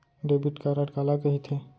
Debit card काला कहिथे?